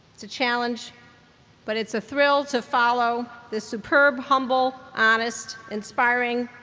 it's a challenge but it's a thrill to follow this superb, humble, honest, inspiring,